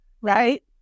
Right